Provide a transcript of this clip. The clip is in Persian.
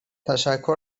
تشکر